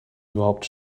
überhaupt